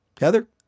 Heather